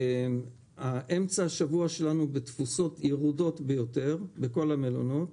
אמצע השבוע שלנו הוא בתפוסות ירודות ביותר בכל המלונות,